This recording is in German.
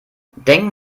denken